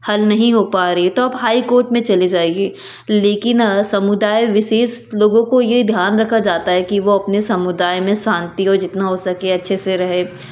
हल नहीं हो पा रही है तो आप हाई कोत में चले जाइए लेकिन समुदाय विशेष लोगों को ये ध्यान रखा जाता है कि वो अपने समुदाय में शांति हो जितना हो सके अच्छे से रहे